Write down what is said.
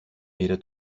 πήρε